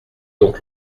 donc